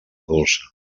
dolça